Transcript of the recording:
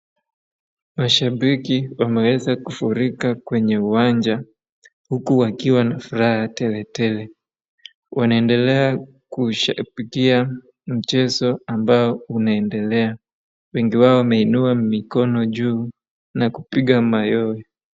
Mashabiki wameweza kufurika kwenye uwanja huku wakiwa na furaha tele tele, wanaendelea kushabikia mchezo ambao unaendelea, wengi wao wameinua mikono juu na kupiga mayowe.